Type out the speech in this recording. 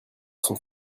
son